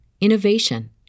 innovation